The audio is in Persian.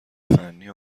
فنی